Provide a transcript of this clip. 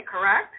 correct